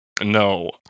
No